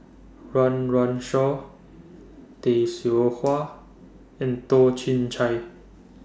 Run Run Shaw Tay Seow Huah and Toh Chin Chye